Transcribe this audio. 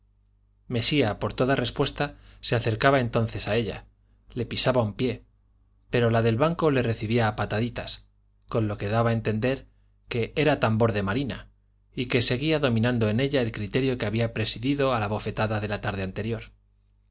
propósito mesía por toda respuesta se acercaba entonces a ella le pisaba un pie pero la del banco le recibía a pataditas con lo que daba a entender que era tambor de marina y que seguía dominando en ella el criterio que había presidido a la bofetada de la tarde anterior